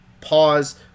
pause